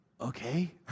okay